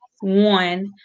one